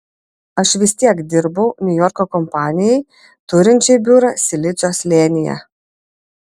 aš vis tiek dirbau niujorko kompanijai turinčiai biurą silicio slėnyje